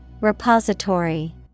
Repository